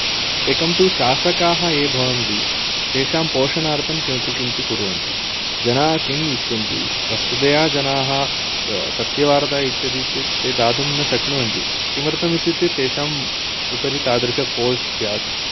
एकं तु शासकाः ये भवन्ति तेषां पोषणार्थं किमपि किमपि कुर्वन्ति जनाः किं इच्छन्ति वस्तुतः जनाः सत्यवार्ता इच्छति चेत् ते दातुं न शक्नुवन्ति किमर्थम् इत्युक्ते तेषां उपरि तादृश फोर्स् स्यात्